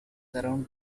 around